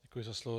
Děkuji za slovo.